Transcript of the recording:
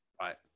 right